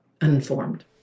uninformed